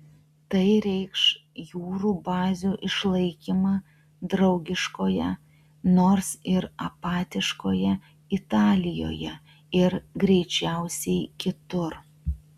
tai reikš jūrų bazių išlaikymą draugiškoje nors ir apatiškoje italijoje ir greičiausiai kitur